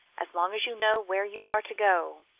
as long as you know where you are to go,